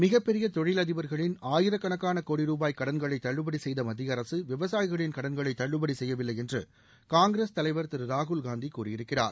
மிகப்பெரிய தொழிலதிபர்களின் ஆயிரக்கணக்கான கோடி ரூபாய் கடன்களை தள்ளுபடி செய்த மத்திய அரசு விவசாயிகளின் கடன்களை தள்ளுபடி செய்யவில்லை என்று காங்கிரஸ் தலைவர் திரு ராகுல் காந்தி கூறியிருக்கிறார்